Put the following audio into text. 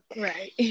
Right